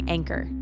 Anchor